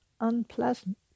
unpleasant